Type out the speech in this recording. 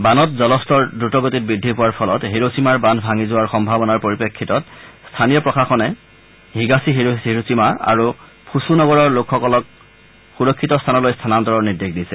বানত জলস্তৰ দ্ৰুত গতিত বৃদ্ধি পোৱাৰ ফলত হিৰোধিমাৰ বান্ধ ভাঙি যোৱাৰ সম্ভাৱনাৰ পৰিপ্ৰেক্ষিতত স্থানীয় প্ৰশাসনে হিগাছিহিৰোশ্বিমা আৰু ফুচ চহৰৰ লোকসকলক সুৰক্ষিত স্থানলৈ স্থানান্তৰৰ নিৰ্দেশ দিছে